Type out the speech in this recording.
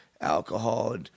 alcohol